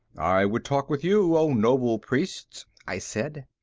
i would talk with you, o noble priests, i said.